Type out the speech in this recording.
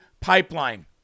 pipeline